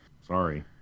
Sorry